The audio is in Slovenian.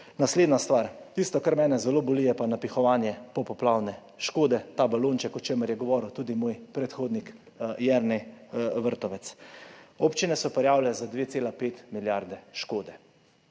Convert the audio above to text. Naslednja stvar. Tisto, kar mene zelo boli, je pa napihovanje popoplavne škode, ta balonček, o čemer je govoril tudi moj predhodnik Jernej Vrtovec. Občine so prijavile za 2,5 milijarde škode.